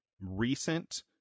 recent